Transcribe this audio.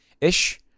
ish